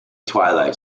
twilight